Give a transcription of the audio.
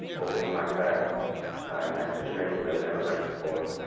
opening my fast next to strangers i've never met before,